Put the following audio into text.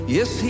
Yes